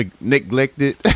neglected